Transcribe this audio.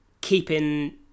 keeping